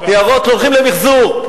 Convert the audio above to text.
בניירות, ניירות הולכים למיחזור.